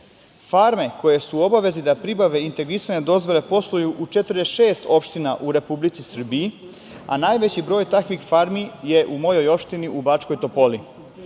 koje su u obavezi da pribave integrisane dozvole posluju u 46 opština u Republici Srbiji, a najveći broj takvih farmi je u mojoj opštini, u Bačkoj Topoli.